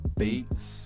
beats